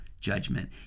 judgment